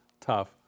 tough